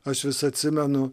aš vis atsimenu